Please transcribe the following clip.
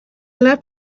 left